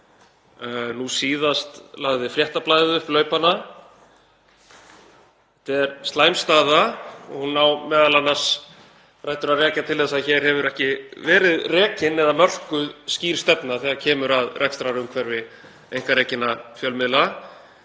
Nú síðast lagði Fréttablaðið upp laupana. Þetta er slæm staða og hún á m.a. rætur að rekja til þess að hér hefur ekki verið rekin eða mörkuð skýr stefna þegar kemur að rekstrarumhverfi einkarekinna fjölmiðla.